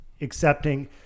accepting